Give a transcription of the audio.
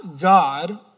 God